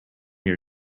your